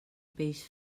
peix